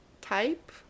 type